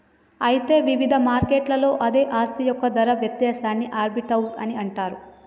అయితే వివిధ మార్కెట్లలో అదే ఆస్తి యొక్క ధర వ్యత్యాసాన్ని ఆర్బిటౌజ్ అని అంటారు